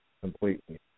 Completely